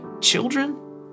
children